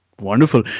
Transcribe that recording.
Wonderful